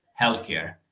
healthcare